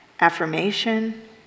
affirmation